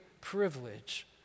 privilege